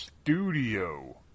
studio